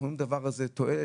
אנחנו רואים בדבר הזה תועלת.